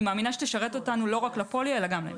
מאמינה שתשרת אותנו לא רק לפוליו אלא גם להמשך.